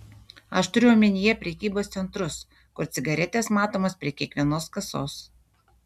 aš turiu omenyje prekybos centrus kur cigaretės matomos prie kiekvienos kasos